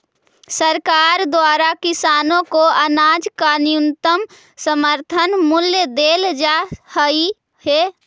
सरकार द्वारा किसानों को अनाज का न्यूनतम समर्थन मूल्य देल जा हई है